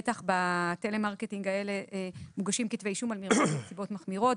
בטח בטלמרקטינג האלה מוגשים כתבי אישום על מרמה בנסיבות מחמירות,